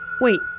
Wait